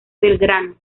belgrano